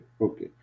okay